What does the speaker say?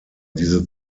diese